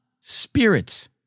Spirits